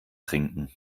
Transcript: trinken